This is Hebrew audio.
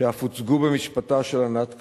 שאף הוצגו במשפטה של ענת קם,